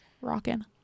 rocking